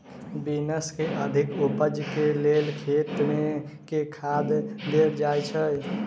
Beans केँ अधिक उपज केँ लेल खेत मे केँ खाद देल जाए छैय?